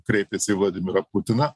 kreipėsi į vladimirą putiną